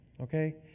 Okay